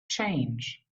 change